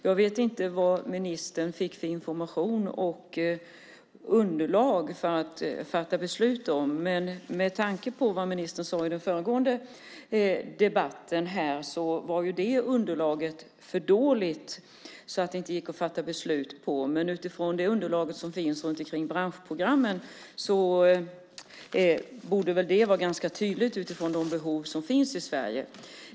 Jag vet inte vad ministern fick för information och underlag för att kunna fatta beslut, men med tanke på vad ministern sade i den föregående debatten var det underlaget så dåligt att det inte gick att fatta beslut utifrån det. Utifrån det underlag som finns i branschprogrammen borde det dock vara ganska klart med tanke på de behov som finns i Sverige.